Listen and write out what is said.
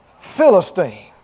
Philistine